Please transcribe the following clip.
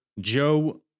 Joe